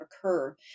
occur